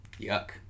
Yuck